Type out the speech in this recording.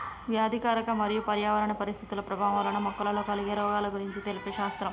వ్యాధికారక మరియు పర్యావరణ పరిస్థితుల ప్రభావం వలన మొక్కలలో కలిగే రోగాల గురించి తెలిపే శాస్త్రం